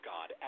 God